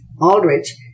Aldrich